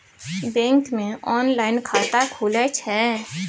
Bank मे online खाता खुले छै?